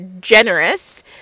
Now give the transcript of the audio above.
generous